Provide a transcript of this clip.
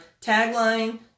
tagline